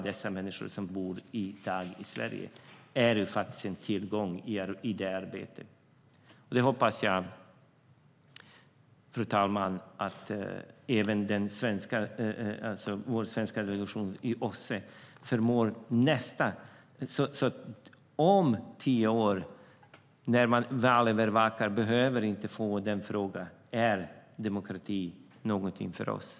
Det är faktiskt en tillgång i demokratiarbetet. Fru talman! Jag hoppas att även vår svenska delegation i OSSE förmår att se till att man när man valövervakar om tio år inte behöver få frågan: Är demokrati någonting för oss?